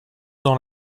dans